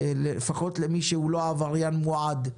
לפחות למי שהוא לא עבריין מועד.